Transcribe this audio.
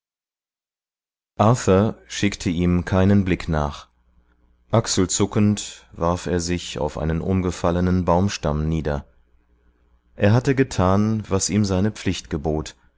schickte ihm keinen blick nach achselzuckend warf er sich auf einen umgefallenen baumstamm nieder er hatte getan was ihm seine pflicht gebot